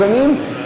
עוגנים,